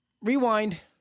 Rewind